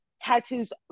tattoos